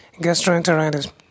gastroenteritis